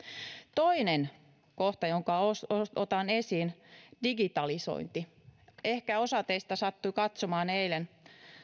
toinen kohta jonka otan esiin on digitalisointi ehkä osa teistä sattui katsomaan eilen